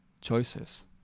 choices